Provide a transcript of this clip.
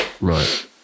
Right